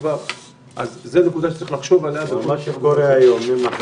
אז בואו נקנה בגדים יותר קצרים כי הולך להיות חם יותר,